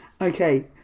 Okay